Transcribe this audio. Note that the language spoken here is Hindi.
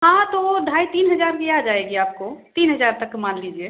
हाँ तो वो ढाई तीन हज़ार की आ जाएगी आपको तीन हज़ार तक मान लीजिए